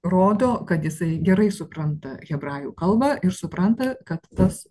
rodo kad jisai gerai supranta hebrajų kalbą ir supranta kad tas